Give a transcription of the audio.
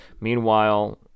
Meanwhile